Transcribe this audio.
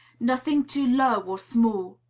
nothing too low or small.